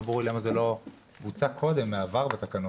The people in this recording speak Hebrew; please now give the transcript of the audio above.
לא ברור לי למה זה לא בוצע קודם בעבר בתקנות